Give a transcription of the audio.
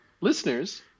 listeners